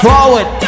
Forward